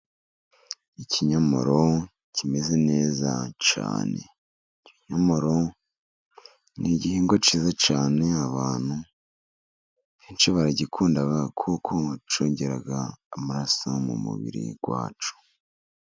Ikinyomoro kimeze neza cyane. Ikinyomoro ni igihingwa cyiza cyane abantu benshi baragikunda kuko cyongera amaraso mu mubiri wacu.